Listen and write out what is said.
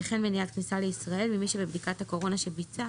וכן מניעת כניסה לישראל למי שבבדיקת הקורונה שביצע